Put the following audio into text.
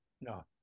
No